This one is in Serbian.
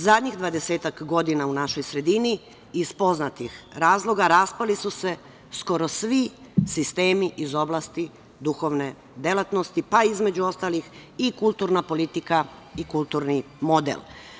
Zadnjih 20-ak godina u našoj sredini, iz poznatih razloga, raspali su se skoro svi sistemi iz oblasti duhovne delatnosti, pa između ostalih i kulturna politika i kulturni model.